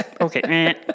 Okay